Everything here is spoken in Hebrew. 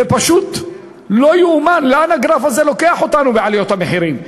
זה פשוט לא יאומן לאן הגרף הזה לוקח אותנו בעלויות המחירים.